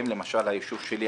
למשל היישוב שלי,